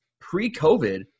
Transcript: pre-COVID